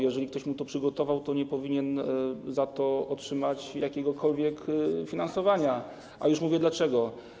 Jeżeli ktoś mu to przygotował, to nie powinien za to otrzymać jakiegokolwiek finansowania, a już mówię dlaczego.